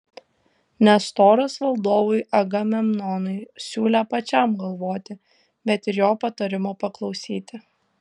nestoras valdovui agamemnonui siūlė pačiam galvoti bet ir jo patarimo paklausyti